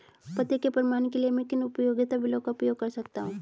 पते के प्रमाण के लिए मैं किन उपयोगिता बिलों का उपयोग कर सकता हूँ?